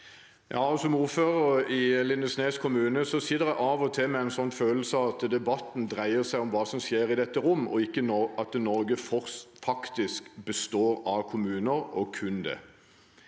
Som ordfører i Lindesnes kommune sitter jeg av og til med en følelse av at debatten dreier seg om hva som skjer i dette rom, og ikke om at Norge faktisk består av kommuner – og kun det.